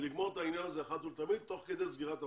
ולגמור את העניין הזה אחת ולתמיד תוך כדי סגירת המחנות.